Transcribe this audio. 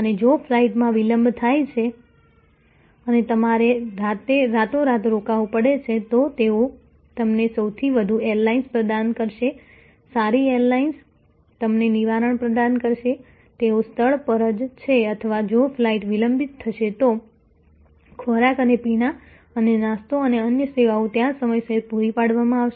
અને જો ફ્લાઇટમાં વિલંબ થાય છે અને તમારે રાતોરાત રોકાવું પડે છે તો તેઓ તમને સૌથી વધુ એરલાઇન્સ પ્રદાન કરશે સારી એરલાઇન્સ તમને નિવારણ પ્રદાન કરશે તેઓ સ્થળ પર છે અથવા જો ફ્લાઇટ વિલંબિત થશે તો ખોરાક અને પીણા અને નાસ્તો અને અન્ય સેવાઓ ત્યાં જ સમયસર પૂરી પાડવામાં આવશે